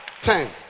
ten